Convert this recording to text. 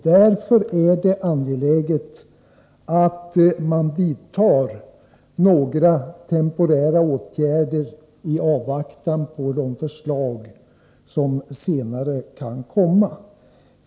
Därför är det angeläget att man vidtar temporära åtgärder i avvaktan på de förslag som senare kan komma.